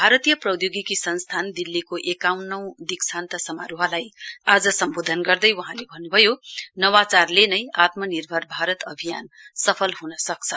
भारतीय प्रौद्योगिकी संस्थान दिल्लीको एकाउन्नौ दीक्षान्त समारोहलाई आज सम्बोधन गर्दै वहाँले भन्न् भयो नवचारले नै आत्मनिर्भर भारत अभियान सफल ह्न सक्छ